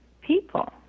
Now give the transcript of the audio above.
people